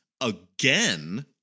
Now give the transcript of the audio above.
again